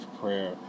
Prayer